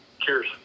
cheers